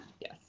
Yes